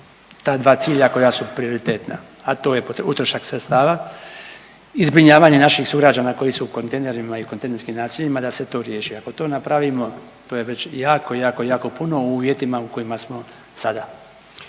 ta dva cilja koja su prioritetna, a to je utrošak sredstava i zbrinjavanje naših sugrađana koji su u kontejnerima i u kontejnerskim naseljima da se to riješi. Ako to napravimo to je već jako, jako, jako puno u uvjetima u kojima smo sada.